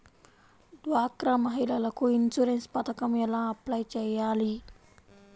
డ్వాక్రా మహిళలకు ఇన్సూరెన్స్ పథకం ఎలా అప్లై చెయ్యాలి?